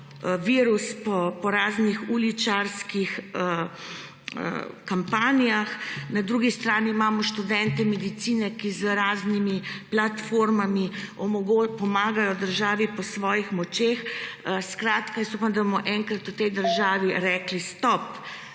virus po raznih uličarskih kampanjah, na drugi strani pa imamo študente medicine, ki z raznimi platformami pomagajo državi po svojih močeh. Jaz upam, da bomo enkrat v tej državi rekli stop